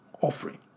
offering